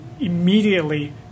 immediately